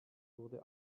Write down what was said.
wurde